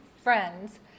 friends